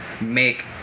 make